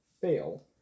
fail